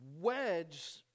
wedge